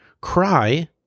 Cry